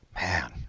Man